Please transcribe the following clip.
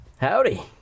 Howdy